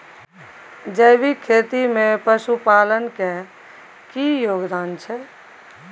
जैविक खेती में पशुपालन के की योगदान छै?